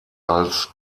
als